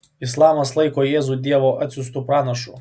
islamas laiko jėzų dievo atsiųstu pranašu